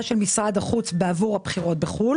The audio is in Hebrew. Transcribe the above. של משרד החוץ בעבור הבחירות בחו"ל.